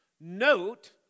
note